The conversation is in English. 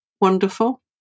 wonderful